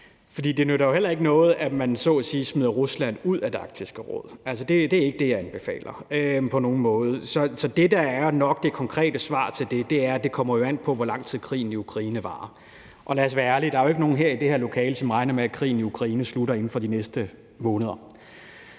for det nytter jo heller ikke noget, at man så at sige smider Rusland ud af Arktisk Råd. Det er ikke det, jeg anbefaler på nogen måde. Så det, der nok er det konkrete svar til det, er, at det jo kommer an på, hvor lang tid krigen i Ukraine varer. Og lad os være ærlige: Der er jo ikke nogen her i det her lokale, som regner med, at krigen i Ukraine slutter inden for de næste måneder;